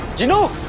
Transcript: you know.